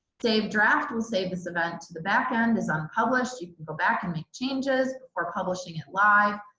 save draft will save this event to the backend is unpublished. you can go back and make changes or publishing it live.